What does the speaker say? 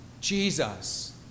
Jesus